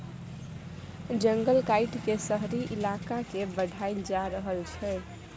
जंगल काइट के शहरी इलाका के बढ़ाएल जा रहल छइ